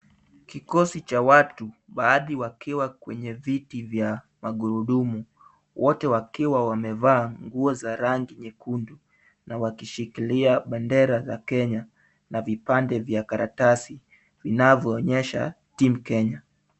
Kikosi cha watu baadhi wakiwa kwenye viti vya magurudumu wote wakiwa wamevaa nguo za rangi nyekundu na wakishikilia bendera za Kenya na vipande vya karatasi vinavyoonyesha team Kenya.